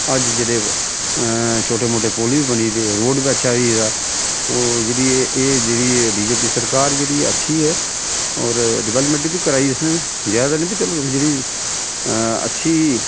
अज्ज जेह्ड़े छोटे मोटे पुल बी बनी दे रोड़ बी अच्छा होई दा तो जेह्ड़ी एह् एह् जेह्ड़ी ऐ बी जे पी सरकार जेह्ड़ी ऐ अच्छी ऐ और डबैलमैंट बी कराई इसने जैदा निं पर चलो जेह्ड़ी अच्छी